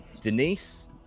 Denise